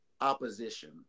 opposition